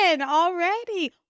already